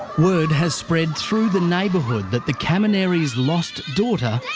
word has spread through the neighbourhood that the kamonere's lost daughter